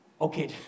Okay